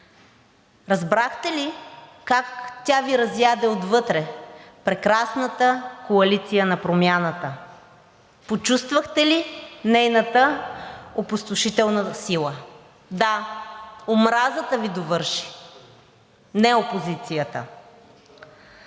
Разбрахте ли как тя Ви разяде отвътре – прекрасната коалиция на Промяната? Почувствахте ли нейната опустошителна сила? Да, омразата Ви довърши, не опозицията.